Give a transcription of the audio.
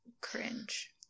cringe